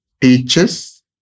teaches